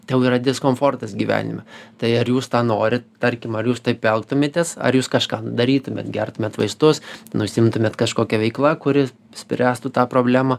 tai jau yra diskomfortas gyvenime tai ar jūs norit tarkim ar jūs taip elgtumėtės ar jūs kažką darytumėt gertumėt vaistus nu užsiimtumėt kažkokia veikla kuri spręstų tą problemą